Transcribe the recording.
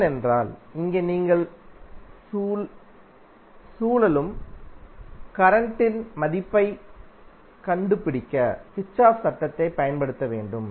ஏனென்றால் இங்கே நீங்கள் சுழலும் கரண்ட்களின் மதிப்பை க் கண்டுபிடிக்க கிர்ச்சோஃப் சட்டத்தைப் பயன்படுத்த வேண்டும்